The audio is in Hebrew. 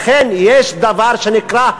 לכן יש דבר שנקרא: